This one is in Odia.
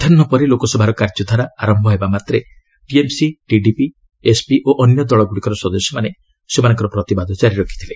ମଧ୍ୟାହୁ ପରେ ଲୋକସଭାର କାର୍ଯ୍ୟଧାରା ଆରମ୍ଭ ହେବା ମାତ୍ରେ ଟିଏମ୍ସି ଟିଡିପି ଏସ୍ପି ଓ ଅନ୍ୟ ଦଳଗୁଡ଼ିକର ସଦସ୍ୟମାନେ ସେମାନଙ୍କର ପ୍ରତିବାଦ ଜାରି ରଖିଥିଲେ